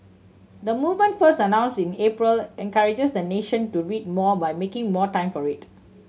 the movement first announce in April encourages the nation to read more by making more time for it